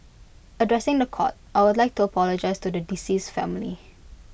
addressing The Court I would like to apologise to the decease's family